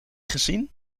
gezien